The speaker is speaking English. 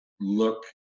look